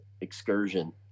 excursion